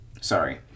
sorry